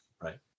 right